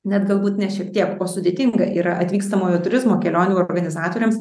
net galbūt ne šiek tiek o sudėtinga yra atvykstamojo turizmo kelionių organizatoriams